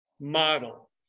model